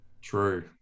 True